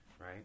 Right